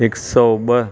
हिक सौ ॿ